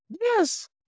yes